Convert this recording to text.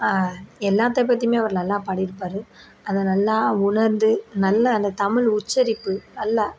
எல்லாத்தை பற்றியுமே அவர் நல்லா பாடியிருப்பாரு அதை நல்லா உணர்ந்து நல்ல அந்த தமிழ் உச்சரிப்பு நல்லா